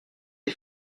des